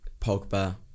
Pogba